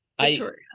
Victoria